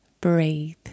breathe